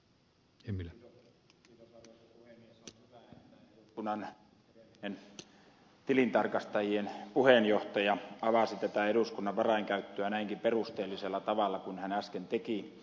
on hyvä että eduskunnan edellinen tilintarkastajien puheenjohtaja avasi tätä eduskunnan varainkäyttöä näinkin perusteellisella tavalla kuin hän äsken teki